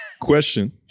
question